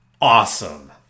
Awesome